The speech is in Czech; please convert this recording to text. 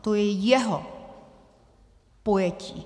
To je jeho pojetí.